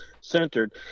centered